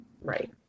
right